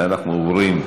אנחנו עוברים,